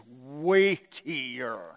weightier